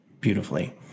beautifully